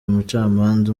umucamanza